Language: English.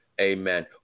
Amen